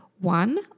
one